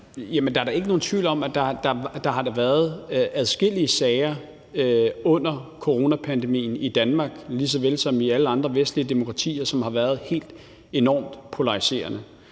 er da ikke nogen tvivl om, at der har været adskillige sager under coronapandemien, i Danmark lige såvel som i alle andre vestlige demokratier, som har været helt enormt polariserende.